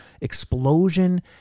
explosion